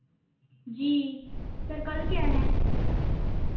जी sir कल क्या है